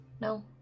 No